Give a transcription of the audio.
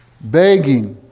begging